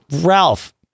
ralph